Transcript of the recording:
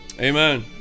Amen